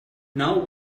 now